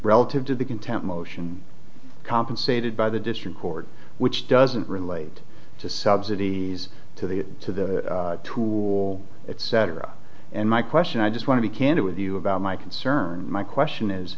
relative to the content motion compensated by the district court which doesn't relate to subsidies to the to the tool etc and my question i just want to be candid with you about my concern my question is